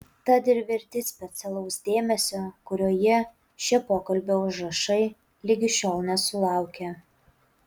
tad ir verti specialaus dėmesio kurio jie šie pokalbio užrašai ligi šiol nesulaukė